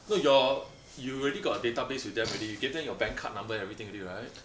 no your you already got a database with them already you gave them your bank card number and everything already right